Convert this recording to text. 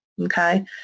okay